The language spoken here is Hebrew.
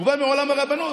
הוא בא מעולם הרבנות.